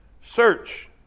search